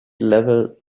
level